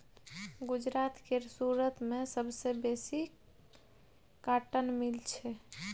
गुजरात केर सुरत मे सबसँ बेसी कॉटन मिल छै